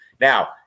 Now